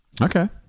Okay